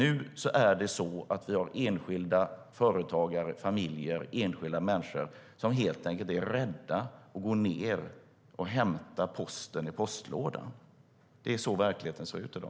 Nu är nämligen enskilda företagare, enskilda familjer och enskilda människor rädda för att gå och hämta posten i postlådan. Så ser verkligheten ut i dag.